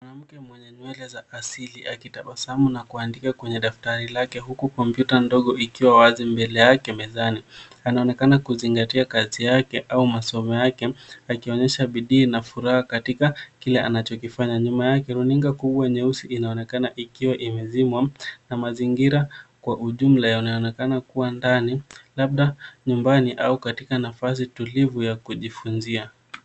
Mke mwenye nywele za kiasili akitabasamu na kundika kwenye daftari lake, huku kompyuta ndogo ikiwa wazi mbele yake mezani. Anaonekana kuzingatia kazi yake au masomo yake akionyesha bidii na furaha katika kila anachokifanya. Nyuma yake, runinga kubwa nyeusi inaonekana ikiwa imezimwa na mazingira kwa ujumla yanaonekana kua ndani, labda nyumbali au katika nafasi tulivu ya kujifunzia.